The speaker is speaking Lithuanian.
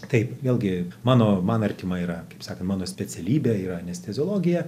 taip vėlgi mano man artima yra kaip sakant mano specialybė yra anesteziologija